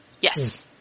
Yes